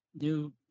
new